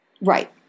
right